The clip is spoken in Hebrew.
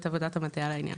את עבודת המטה בעניין.